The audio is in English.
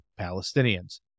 Palestinians